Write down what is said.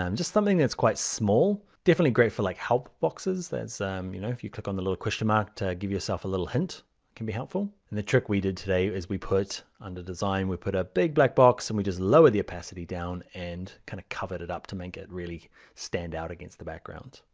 um just something that's quite small. definitely great for, like help boxes. you know if you click on the little question mark to give yourself a little hint. it can be helpful. and the trick we did today, is we put, under design we put a big black box. and we just lower the opacity down. and kind of covered it up to make it really stand out against the background.